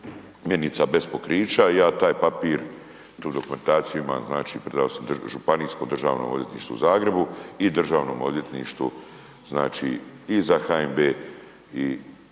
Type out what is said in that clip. mjenica bez pokrića i ja taj papir, tu dokumentaciju imam, znači predao sam Županijskom državnom odvjetništvu u Zagrebu i Državnom odvjetništvu znači i za HNB i za